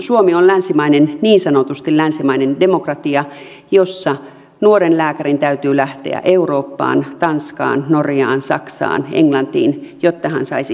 suomi on länsimainen niin sanotusti länsimainen demokratia jossa nuoren lääkärin täytyy lähteä eurooppaan tanskaan norjaan saksaan englantiin jotta hän saisi spesialiteetin